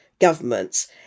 governments